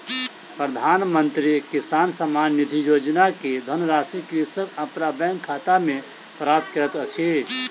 प्रधानमंत्री किसान सम्मान निधि योजना के धनराशि कृषक अपन बैंक खाता में प्राप्त करैत अछि